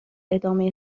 ادامه